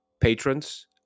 patrons